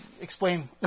explain